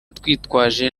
twitwaje